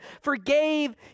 forgave